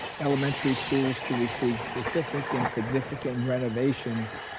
elementary schools to receive specific and significant renovations,